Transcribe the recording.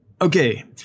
Okay